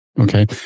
Okay